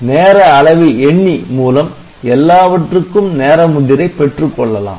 நேர அளவி எண்ணி மூலம் எல்லாவற்றுக்கும் நேர முத்திரை பெற்றுக்கொள்ளலாம்